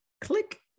click